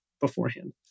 beforehand